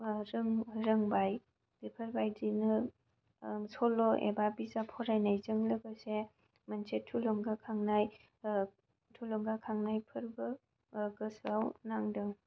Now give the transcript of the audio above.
बा जों रोंबाय बेफोरबायदिनो सल' एबा बिजाब फरायनायजों लोगोसे मोनसे थुलुंगा खांनाय थुलुंगा खांनायफोरबो गोसोआव नांदों